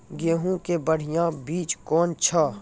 गेहूँ के बढ़िया बीज कौन छ?